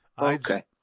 Okay